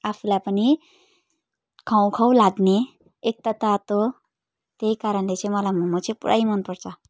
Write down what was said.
आफूलाई पनि खाउँ खाउँ लाग्ने एक त तातो त्यही कारणले चाहिँ मलाई मोमो चाहिँ पुरै मन पर्छ